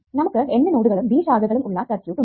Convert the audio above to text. നമുക്ക് N നോഡുകളും B ശാഖകളും ഉള്ള സർക്യൂട്ട് ഉണ്ട്